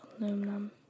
Aluminum